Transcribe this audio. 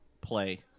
play